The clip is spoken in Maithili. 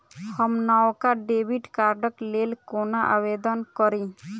हम नवका डेबिट कार्डक लेल कोना आवेदन करी?